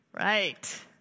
Right